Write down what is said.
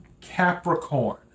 Capricorn